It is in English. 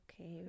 Okay